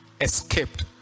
escaped